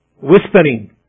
whispering